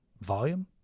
volume